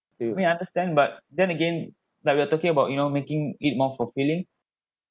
I understand but then again like we are talking about you know making it more fulfilling